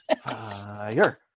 Fire